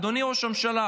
אדוני ראש הממשלה,